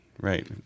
Right